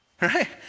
right